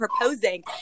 proposing